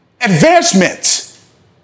advancement